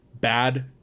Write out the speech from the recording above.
bad